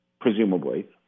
presumably